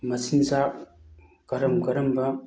ꯃꯆꯤꯟꯖꯥꯛ ꯀꯔꯝ ꯀꯔꯝꯕ